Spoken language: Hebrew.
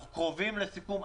אנחנו קרובים לסיכום.